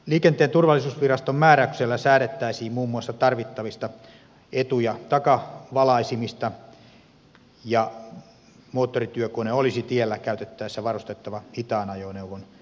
liikenteen turvallisuusviraston määräyksellä säädettäisiin muun muassa tarvittavista etu ja takavalaisimista ja moottorityökone olisi tiellä käytettäessä varustettava hitaan ajoneuvon kyltillä